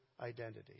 identity